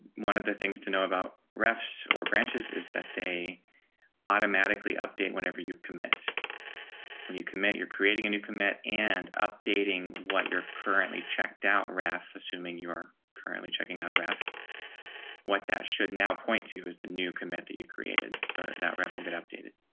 one of the things to know about refs or branches is that they automatically update whenever you commit jeff terrell when you commit you're creating a new commit and updating what you're currently checked out raf assuming you're currently checking out a ref what that should now point to is the new commit that you created so that raffle get updated.